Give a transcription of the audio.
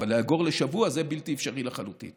זה בלתי אפשרי לחלוטין